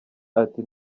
ati